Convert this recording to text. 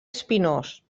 espinós